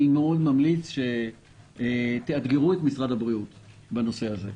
אני ממליץ מאוד שתאתגרו את משרד הבריאות בנושא הזה,